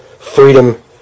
freedom